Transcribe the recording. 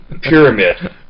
pyramid